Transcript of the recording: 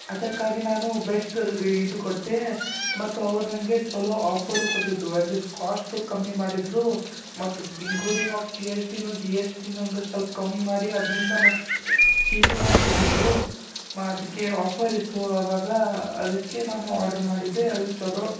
ಅದಕ್ಕಾಗಿ ನಾನು ಬೆಸ್ಟ್ ರಿ ಇದು ಕೊಟ್ಟೆ ಮತ್ತು ಅವ್ರು ನನಗೆ ಚೊಲೋ ಆಫರು ಕೊಟ್ಟಿದ್ದರು ಎಟ್ಲಿಸ್ಟ್ ಕಾಸ್ಟು ಕಮ್ಮಿ ಮಾಡಿದ್ದರು ಮತ್ತು ಇನ್ಕ್ಲೂಡಿಂಗ್ ಆಫ್ ಜಿ ಎಸ್ ಟಿನು ಜಿ ಎಸ್ ಟಿ ನಂಗೆ ಸ್ವಲ್ಪ ಕಮ್ಮಿ ಮಾಡಿ ಅದರಿಂದ ಮತ್ತು ಚೀಪೂ ಮಾಡಿಕೊಟ್ಟಿದ್ರು ಮಾ ಅದಕ್ಕೆ ಆಫರ್ ಇತ್ತು ಅವಾಗ ಅದಕ್ಕೆ ನಾನು ಆರ್ಡ್ರು ಮಾಡಿದ್ದೆ ಅದು ಚೊಲೋ